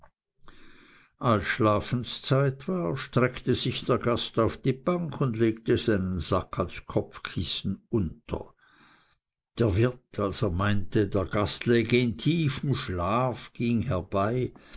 als schlafenszeit war streckte sich der gast auf die bank und legte seinen sack als kopfkissen unter der wirt als er meinte der gast läge in tiefem schlaf ging herbei